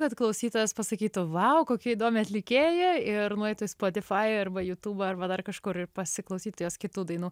kad klausytojas pasakytų vau kokia įdomi atlikėja ir nueitų į spotify arba jutubą arba dar kažkur ir pasiklausytų jos kitų dainų